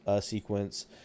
sequence